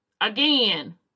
Again